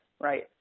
right